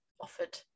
offered